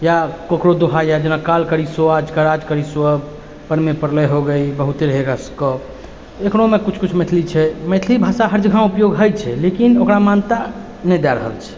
या ककरो दोहा यऽ जेना काल करी सो आज कर आज करी सो अब पलमे प्रलय हो गयी बहुते रहेगा कब एकरोमे किछु किछु मैथिली छै मैथिली भाषा हर जगह उपयोग हय छै लेकिन ओकरा मान्यता नहि दए रहल छै